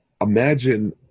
Imagine